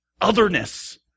otherness